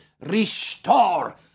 restore